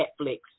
Netflix